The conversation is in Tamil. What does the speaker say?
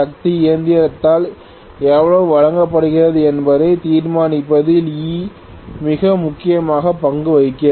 சக்தி இயந்திரத்தால் எவ்வளவு வழங்கப்படுகிறது என்பதை தீர்மானிப்பதில் E மிக முக்கிய பங்கு வகிக்கிறது